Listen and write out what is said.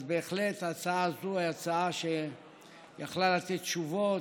ההצעה הזאת היא הצעה שבהחלט יכלה לתת תשובות,